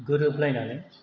गोरोबलायनानै